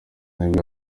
nibwo